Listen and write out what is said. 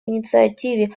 инициативе